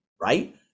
right